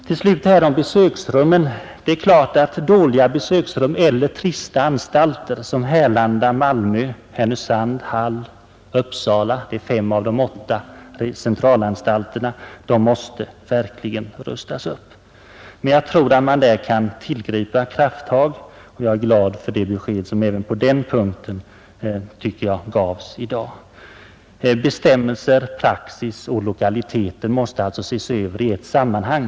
Torsdagen den Om besöksrummen, till slut, är det klart att dåliga besöksrum eller 15 april 1971 å GE införande av fem av de åtta centralanstalterna — verkligen måste rustas upp. Där bör Om återinförand tillgripa krafttag enligt bl.a. det besked som på den punkten gavs i ee teR ed ns lägenheter Bestämmelser, praxis och lokaliteter måste alltså ses över i ett sammanhang.